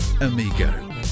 amigo